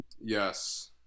Yes